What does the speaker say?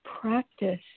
practice